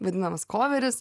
vadinamas koveris